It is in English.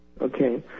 Okay